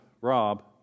Rob